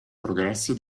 progressi